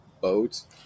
boats